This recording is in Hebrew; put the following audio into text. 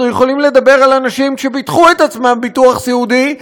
אנחנו יכולים לדבר על אנשים שביטחו את עצמם בביטוח סיעודי,